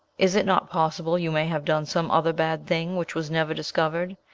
is it not possible you may have done some other bad thing which was never discovered,